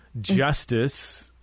justice